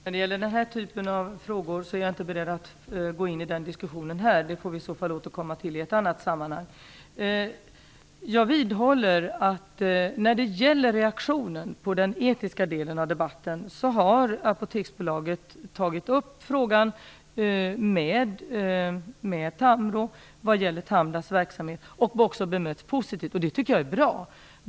Fru talman! Jag är inte beredd att diskutera denna typ av frågor här. Dem får vi i så fall återkomma till i ett annat sammanhang. När det gäller reaktionen på den etiska delen av debatten vidhåller jag att Apoteksbolaget har tagit upp frågan om Tamdas verksamhet med Tamro, och också bemötts positivt. Detta tycker jag är bra.